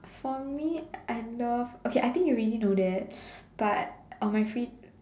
for me I love I think you already know that but on my free